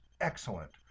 excellent